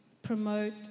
promote